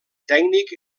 tècnic